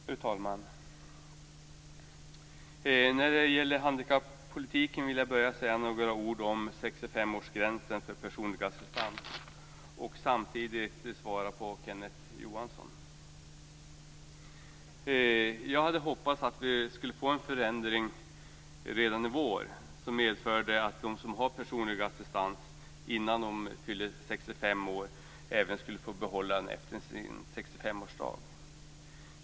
Fru talman! När det gäller handikappolitiken vill jag börja med att säga några ord om 65-årsgränsen för personlig assistans och samtidigt svara på Kenneth Jag hade hoppats att vi skulle få en förändring redan i vår som medförde att de som har personlig assistans innan de fyller 65 år även skulle få behålla den efter sin 65-årsdag.